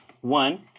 One